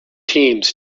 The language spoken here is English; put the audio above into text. teams